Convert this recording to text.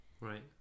Right